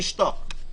תשתוק.